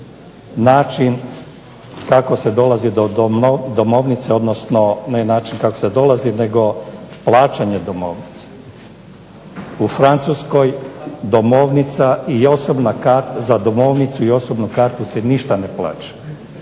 način kako se dolazi do domovnice, odnosno ne način kako se dolazi nego plaćanje domovnice. U Francuskoj za domovnicu i osobnu kartu se ništa ne plaća